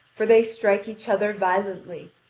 for they strike each other violently,